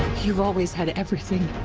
you've always had everything.